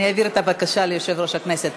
אני אעביר את הבקשה ליושב-ראש הכנסת.